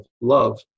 love